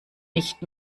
nicht